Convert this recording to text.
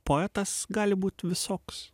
poetas gali būt visoks